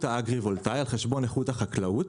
האגרי-וולטאי על חשבון איכות החקלאות,